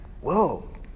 whoa